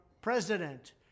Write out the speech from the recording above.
President